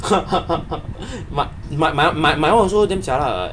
my my my my my [one] also damn jialat [what]